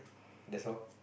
that's all